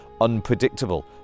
unpredictable